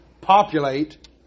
populate